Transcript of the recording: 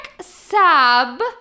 sab